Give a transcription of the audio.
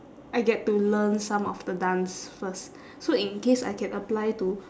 I get to learn some of the dance first so in case I can apply to